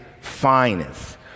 finest